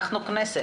אנחנו כנסת.